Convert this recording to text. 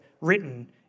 written